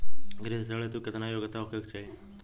कृषि ऋण हेतू केतना योग्यता होखे के चाहीं?